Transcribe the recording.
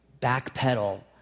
backpedal